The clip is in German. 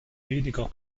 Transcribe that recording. weniger